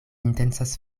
intencas